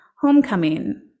homecoming